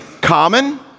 common